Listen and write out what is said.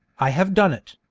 i have done it,